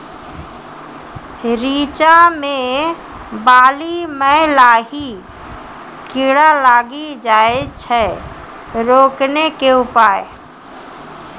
रिचा मे बाली मैं लाही कीड़ा लागी जाए छै रोकने के उपाय?